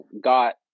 got